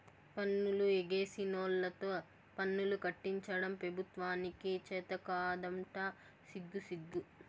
పన్నులు ఎగేసినోల్లతో పన్నులు కట్టించడం పెబుత్వానికి చేతకాదంట సిగ్గుసిగ్గు